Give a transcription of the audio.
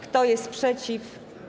Kto jest przeciw?